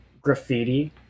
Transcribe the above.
graffiti